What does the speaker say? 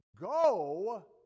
go